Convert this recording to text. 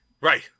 Right